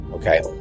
Okay